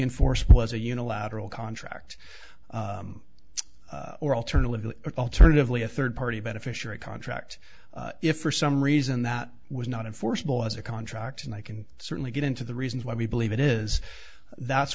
in force was a unilateral contract or alternatively alternatively a third party beneficiary contract if for some reason that was not enforceable as a contract and i can certainly get into the reasons why we believe it is that's